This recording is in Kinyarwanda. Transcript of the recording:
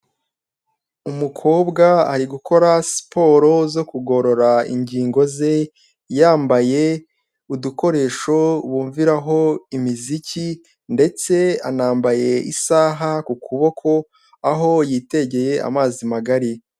Umukobwa ari gukora siporo zo kugorora ingingo ze yambaye udukoresho bumviraho imiziki ndetse anambaye isaha ku kuboko aho yitegeye amazi magari.